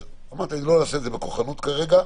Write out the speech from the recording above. אמרתי: לא נעשה את זה בכוחנות כרגע.